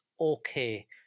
okay